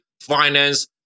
finance